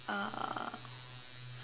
uh